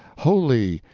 holy,